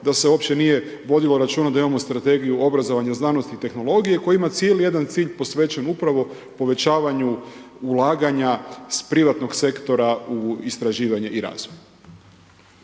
da se uopće nije vodilo računa da imamo Strategiju obrazovanja, znanosti i tehnologije koji ima cijeli jedan cilj posvećen upravo povećavanju ulaganja s privatnog sektora u istraživanje i razvoj.